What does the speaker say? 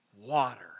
water